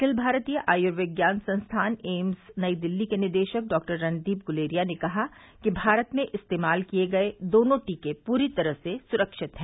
अखिल भारतीय आयुर्विज्ञान संस्थान एम्स नई दिल्ली के निदेशक डॉ रणदीप गुलेरिया ने कहा कि भारत में इस्तेमाल किए गए दोनों टीके पुरी तरह से सुरक्षित हैं